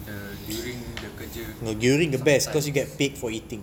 the during the kerja but sometimes